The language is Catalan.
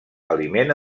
aliment